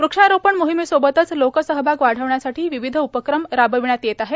व्रक्षारोपण मोहीमेसोबतच लोकसहभाग वाढविण्यासाठी विविध उपक्रम राबविण्यात येत आहेत